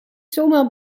zomaar